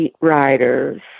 riders